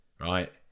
right